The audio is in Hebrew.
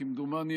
כמדומני,